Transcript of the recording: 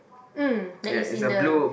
mm that is in the